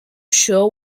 show